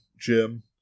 Jim